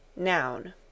Noun